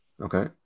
Okay